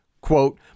Quote